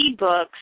ebooks